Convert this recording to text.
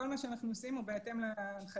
כל מה שאנחנו עושים הוא בהתאם להנחיות,